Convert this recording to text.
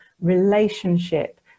relationship